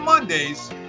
Mondays